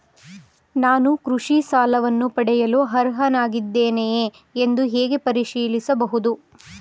ನಾನು ಕೃಷಿ ಸಾಲವನ್ನು ಪಡೆಯಲು ಅರ್ಹನಾಗಿದ್ದೇನೆಯೇ ಎಂದು ಹೇಗೆ ಪರಿಶೀಲಿಸಬಹುದು?